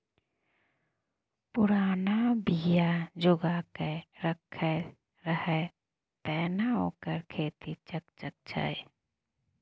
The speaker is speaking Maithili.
पुरना बीया जोगाकए रखने रहय तें न ओकर खेती चकचक छै